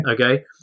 Okay